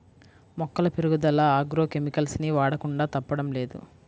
మొక్కల పెరుగుదల agro chemicals ని వాడకుండా తప్పడం లేదు